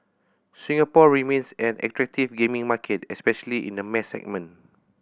Singapore remains an attractive gaming market especially in the mass segment